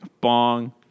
bong